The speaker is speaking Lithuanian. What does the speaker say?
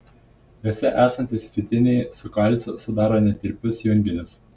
juose esantys fitinai su kalciu sudaro netirpius junginius